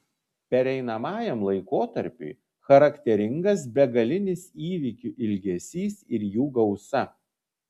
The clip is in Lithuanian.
pereinamajam laikotarpiui charakteringas begalinis įvykių ilgesys ir jų gausa